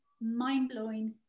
mind-blowing